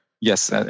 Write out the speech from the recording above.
Yes